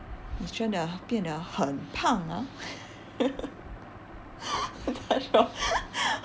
你真的变得很胖 ah